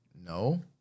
No